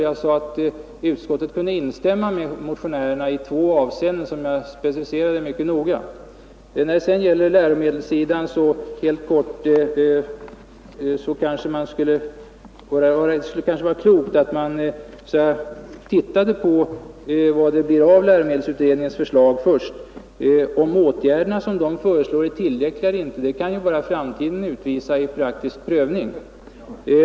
Jag sade att utskottet kunde instämma med motionärerna i två avseenden, och dessa specificerade jag mycket noga. När det sedan gäller läromedelssidan vore det kanske klokt, om man först tittade litet på läromedelsutredningens förslag. Om de åtgärder som denna föreslår är tillräckliga eller inte kan bara framtiden utvisa genom en praktisk prövning.